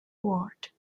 word